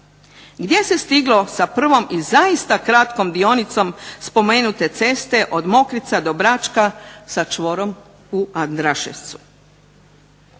Gdje se stiglo sa prvom i zaista kratkom dionicom spomenute ceste od Mokrica do Bračka sa čvorom u Andraševcu.